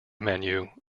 menu